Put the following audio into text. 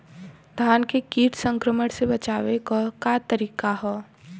धान के कीट संक्रमण से बचावे क का तरीका ह?